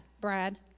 Brad